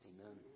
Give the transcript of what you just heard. Amen